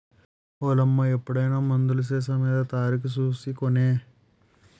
ఓలమ్మా ఎప్పుడైనా మందులు సీసామీద తారీకు సూసి కొనే